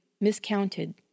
miscounted